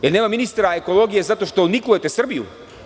Da li nema ministre ekologije zato što niklujete Srbiju?